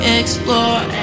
explore